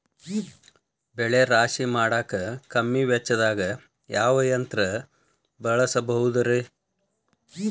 ಬೆಳೆ ರಾಶಿ ಮಾಡಾಕ ಕಮ್ಮಿ ವೆಚ್ಚದಾಗ ಯಾವ ಯಂತ್ರ ಬಳಸಬಹುದುರೇ?